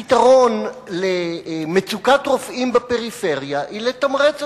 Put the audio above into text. הפתרון למצוקת רופאים בפריפריה הוא לתמרץ